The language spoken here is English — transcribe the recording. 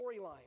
storyline